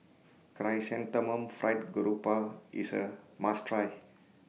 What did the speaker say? Chrysanthemum Fried Grouper IS A must Try